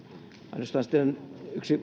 ainoastaan